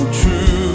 true